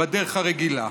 בדרך הרגילה.